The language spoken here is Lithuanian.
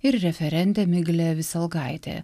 ir referentė miglė viselgaitė